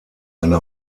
eine